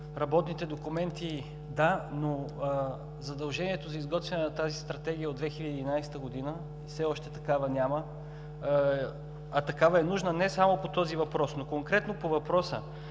работните документи – да, но задължението за изготвяне на тази Стратегия е от 2011 г., все още такава няма, а такава е нужна не само по този въпрос. Конкретно по въпроса.